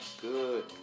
Good